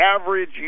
average